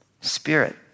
Spirit